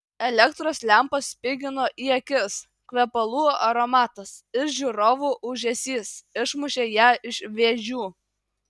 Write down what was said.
elektros lempos spigino į akis kvepalų aromatas ir žiūrovų ūžesys išmušė ją iš vėžių